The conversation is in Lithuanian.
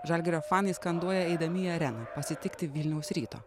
žalgirio fanai skanduoja eidami į areną pasitikti vilniaus ryto